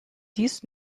dies